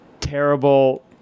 terrible